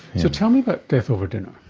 so tell me about death over dinner.